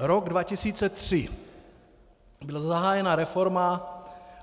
Rok 2003, byla zahájena reforma